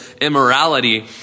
immorality